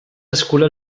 escura